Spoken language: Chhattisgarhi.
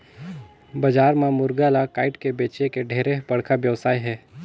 बजार म मुरगा ल कायट के बेंचे के ढेरे बड़खा बेवसाय हे